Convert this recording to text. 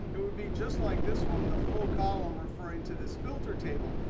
it would be just like this one the full column referring to this filter table,